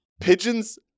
pigeons